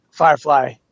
Firefly